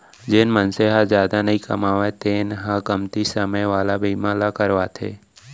जेन मनसे ह जादा नइ कमावय तेन ह कमती समे वाला बीमा ल करवाथे